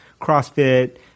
CrossFit